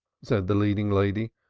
said the leading lady,